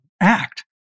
act